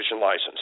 license